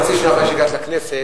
חצי שנה אחרי שהגעתי לכנסת,